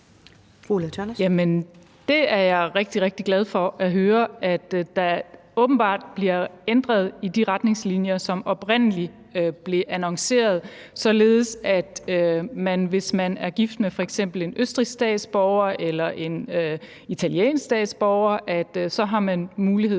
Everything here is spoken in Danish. jeg rigtig, rigtig glad for at høre, altså at der åbenbart bliver ændret i de retningslinjer, som oprindelig blev annonceret, således at man, hvis man er gift med f.eks. en østrigsk statsborger eller en italiensk statsborger, har mulighed